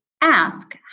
ask